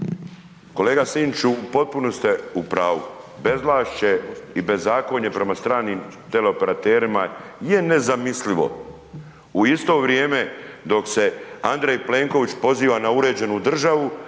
Kolega Sinčiću, potpuno ste u pravu, bezvlašće i bezakonje prema stranim teleoperaterima je nezamislivo. U isto vrijeme, dok se Andrej Plenković, poziva na uređenu državu,